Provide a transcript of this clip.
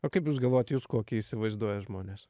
o kaip jūs galvojat jūs kokį įsivaizduoja žmonės